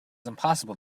impossible